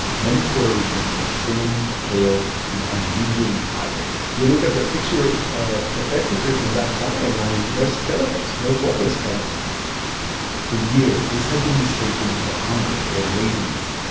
many puerto ricans were thin, pale and unusually tired you look at the pictures of the peasantry from that time, and they're skeletons. they're walking skeletons for years, this had been mistaken for hunger or laziness,